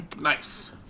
Nice